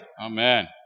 Amen